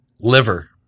liver